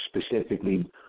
specifically